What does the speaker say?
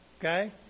Okay